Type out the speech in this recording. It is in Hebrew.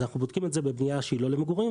אנחנו בודקים את זה בבנייה שהיא לא למגורים,